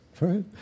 right